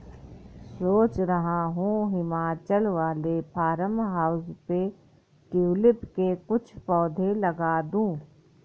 सोच रहा हूं हिमाचल वाले फार्म हाउस पे ट्यूलिप के कुछ पौधे लगा दूं